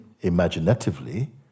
imaginatively